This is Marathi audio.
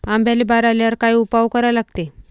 आंब्याले बार आल्यावर काय उपाव करा लागते?